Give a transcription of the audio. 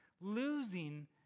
Losing